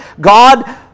God